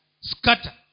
scatter